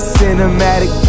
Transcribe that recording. cinematic